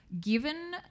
given